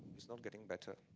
is not getting better.